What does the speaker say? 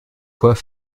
quoi